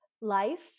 life